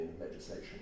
legislation